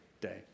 day